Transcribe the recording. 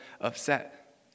upset